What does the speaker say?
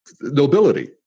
nobility